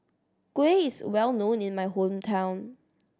kuih is well known in my hometown